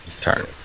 turn